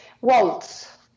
Waltz